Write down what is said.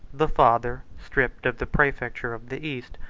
the father, stripped of the praefecture of the east,